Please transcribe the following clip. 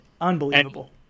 unbelievable